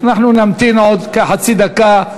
אנחנו נמתין עוד כחצי דקה.